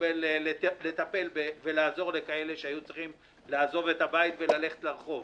פניות לטפל ולעזור למי שהיו צריכים לעזוב את הבית וללכת לרחוב